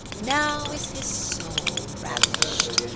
now is his soul ravished!